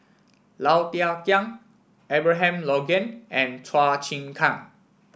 Low Thia Khiang Abraham Logan and Chua Chim Kang